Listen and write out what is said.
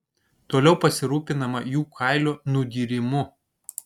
toliau pasirūpinama jų kailio nudyrimu